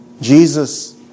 Jesus